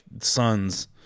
sons